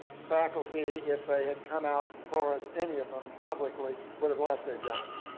the faculty, if they had come out for us, any of them, publicly, would have lost their jobs.